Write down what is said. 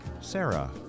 Sarah